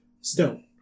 Stone